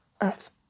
earth